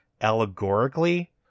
allegorically